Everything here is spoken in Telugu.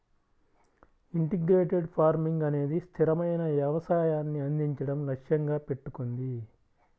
ఇంటిగ్రేటెడ్ ఫార్మింగ్ అనేది స్థిరమైన వ్యవసాయాన్ని అందించడం లక్ష్యంగా పెట్టుకుంది